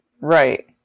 Right